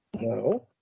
No